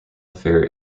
affair